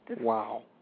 Wow